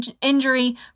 injury